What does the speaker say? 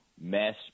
mass